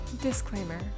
Disclaimer